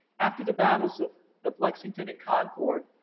after the battles of of lexington and concord,